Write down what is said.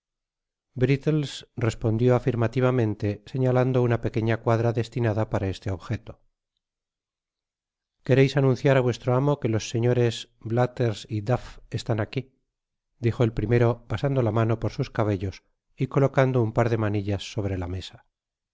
respondió afirmativamente señalando una pequeña cuadra destinada para esle objeto quereis anunciar á vuestro amo que los señores biathers y duff están aqui dijo el primero pasando la mano por sus cabellos y colocando un par de manillas sobre la mesa